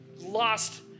lost